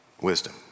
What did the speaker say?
wisdom